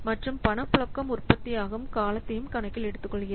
மற்றும் பணப்புழக்கம் உற்பத்தியாகும் காலத்தையும் கணக்கில் எடுத்துக்கொள்கிறது